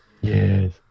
Yes